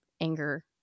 anger